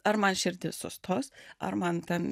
ar man širdis sustos ar man ten